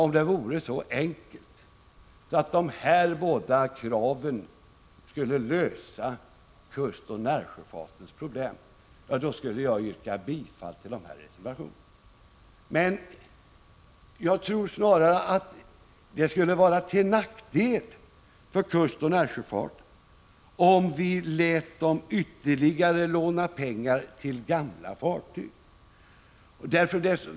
Om det vore så enkelt att de här båda kraven skulle lösa kustoch närsjöfartens problem, skulle jag yrka bifall till dessa reservationer. Men jag tror snarare att det skulle vara till nackdel för kustoch närsjöfarten om vi tillät lån till fartyg som är äldre än dem som beviljas lån i dag.